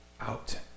out